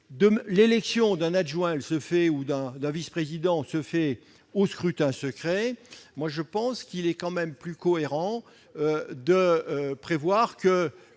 L'élection d'un adjoint ou d'un vice-président se fait à scrutin secret. Je pense qu'il est plus cohérent de prévoir que